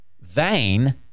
vain